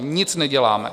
Nic neděláme!